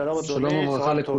ברוך הבא לוועדה.